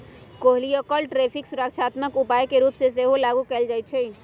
कहियोकाल टैरिफ सुरक्षात्मक उपाय के रूप में सेहो लागू कएल जाइ छइ